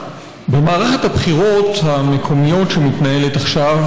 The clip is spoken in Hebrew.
במערכת הבחירות המקומיות שמתנהלת עכשיו